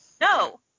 no